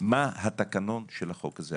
מה התקנון של החוק הזה.